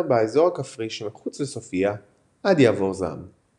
באזור הכפרי שמחוץ לסופיה עד יעבור זעם.